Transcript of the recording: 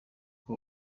nka